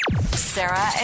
Sarah